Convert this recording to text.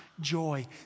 joy